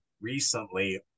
recently